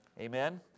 Amen